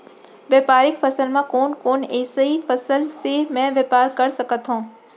व्यापारिक फसल म कोन कोन एसई फसल से मैं व्यापार कर सकत हो?